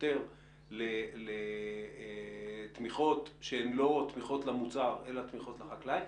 יותר לתמיכות שהן לא תמיכות למוצר אלא תמיכות לחקלאי,